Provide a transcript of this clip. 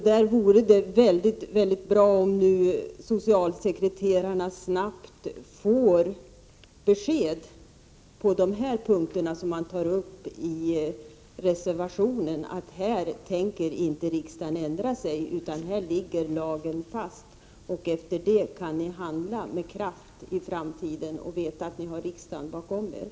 Det vore bra om socialsekreterarna snabbt kunde få besked på de punkter som tas upp i reservationen om att riksdagen inte tänker ändra sig utan att lagen ligger fast och att man kan handla med kraft i framtiden och veta att riksdagen står bakom.